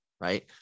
Right